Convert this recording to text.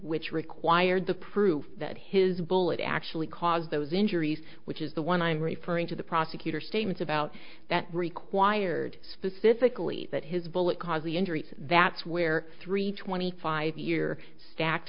which required the proof that his bullet actually caused those injuries which is the one i'm referring to the prosecutor statements about that required specifically that his bullet caused the injury that's where three twenty five year stack